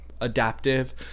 adaptive